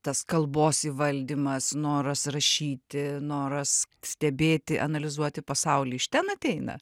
tas kalbos įvaldymas noras rašyti noras stebėti analizuoti pasaulį iš ten ateina